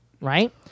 Right